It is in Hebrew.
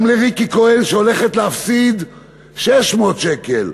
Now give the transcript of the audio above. גם ריקי כהן הולכת להפסיד 600 שקל,